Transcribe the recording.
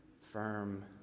firm